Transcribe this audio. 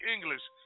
English